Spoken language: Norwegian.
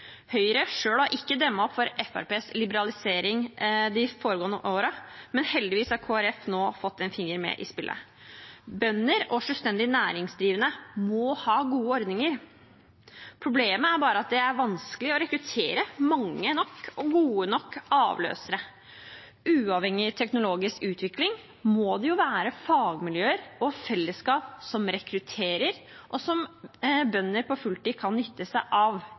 Høyre selv har ikke demmet opp for Fremskrittspartiets liberalisering de foregående årene, men heldigvis har Kristelig Folkeparti nå fått en finger med i spillet. Bønder og selvstendig næringsdrivende må ha gode ordninger. Problemet er bare at det er vanskelig å rekruttere mange nok og gode nok avløsere. Uavhengig teknologisk utvikling må det jo være fagmiljøer og fellesskap som rekrutterer, og som bønder på fulltid kan nytte seg av,